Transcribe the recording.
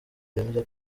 yemeza